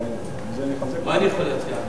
אולי בזה נחזק, מה אני יכול להציע?